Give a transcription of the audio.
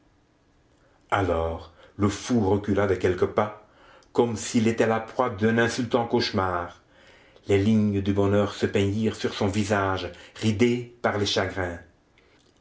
alors le fou recula de quelques pas comme s'il était la proie d'un insultant cauchemar les lignes du bonheur se peignirent sur son visage ridé par les chagrins